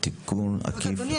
אדוני,